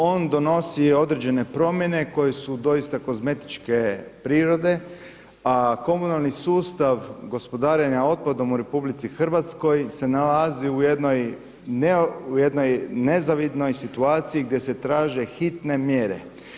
On donosi određene promjene koje su doista kozmetičke prirode, a komunalni sustav gospodarenja otpadom u RH se nalazi u jednoj nezavidnoj situaciji gdje se traže hitne mjere.